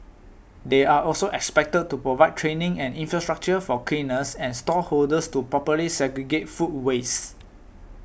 they are also expected to provide training and infrastructure for cleaners and stall holders to properly segregate food waste